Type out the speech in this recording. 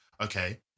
okay